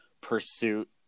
pursuit